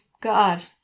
God